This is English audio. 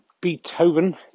Beethoven